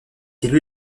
élue